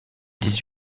dix